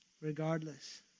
regardless